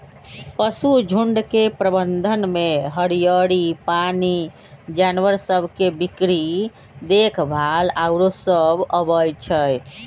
पशुझुण्ड के प्रबंधन में हरियरी, पानी, जानवर सभ के बीक्री देखभाल आउरो सभ अबइ छै